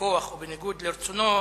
בכוח ובניגוד לרצונו,